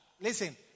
Listen